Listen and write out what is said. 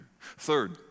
Third